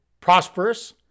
prosperous